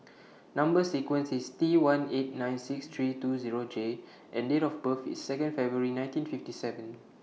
Number sequence IS T one eight nine six three two Zero J and Date of birth IS Second February nineteen fifty seven